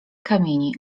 kamieni